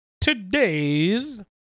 Today's